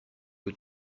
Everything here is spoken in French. que